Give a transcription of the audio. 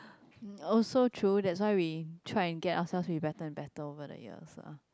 also true that's why we try to get ourselves better and better over the years